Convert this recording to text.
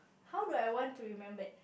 how do I want to remembered